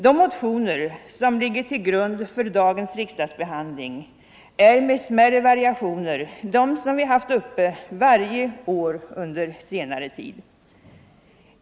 De motioner som ligger till grund för dagens riksdagsbehandling är med smärre variationer de som vi haft uppe varje år under senare tid.